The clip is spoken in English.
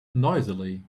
noisily